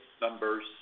numbers